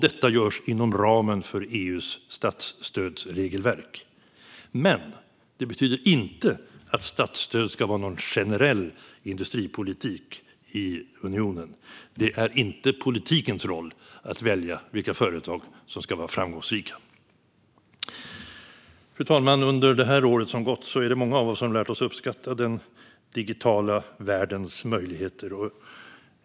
Detta görs inom ramen för EU:s statsstödsregelverk, men det betyder inte att statsstöd ska vara någon generell industripolitik i unionen. Det är inte politikens roll att välja vilka företag som ska vara framgångsrika. Fru talman! Under det år som gått är det många av oss som lärt oss att uppskatta den digitala världens möjligheter.